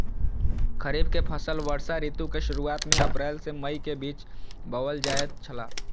खरीफ के फसल वर्षा ऋतु के शुरुआत में अप्रैल से मई के बीच बौअल जायत छला